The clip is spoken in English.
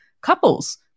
couples